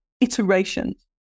iterations